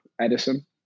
Edison